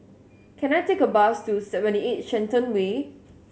can I take a bus to Seventy Eight Shenton Way